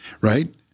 Right